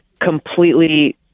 completely